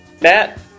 Matt